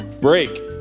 Break